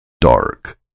dark